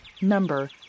number